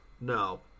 No